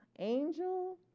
Angel